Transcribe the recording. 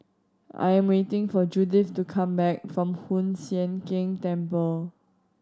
I am waiting for Judith to come back from Hoon Sian Keng Temple